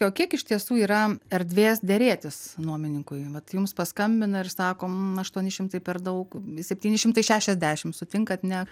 o kiek iš tiesų yra erdvės derėtis nuomininkui vat jums paskambina ir sako aštuoni šimtai per daug septyni šimtai šešiasdešim sutinkant ne